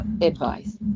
Advice